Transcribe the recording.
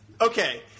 Okay